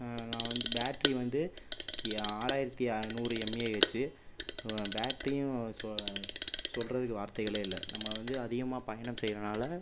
நான் வந்து பேட்டரி வந்து ஆறாயிரத்து அறுநூறு எம்ஏஹெச்சு பேட்டரியும் சொ சொல்றதுக்கு வார்த்தைகளே இல்லை நம்ம வந்து அதிகமாக பயணம் செய்வதுனால